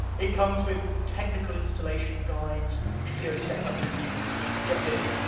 it comes with technical installation guides, video setup routines, and get this,